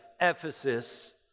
Ephesus